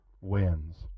wins